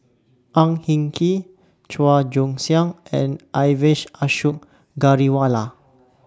Ang Hin Kee Chua Joon Siang and Ashok Ghariwala